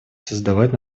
создавать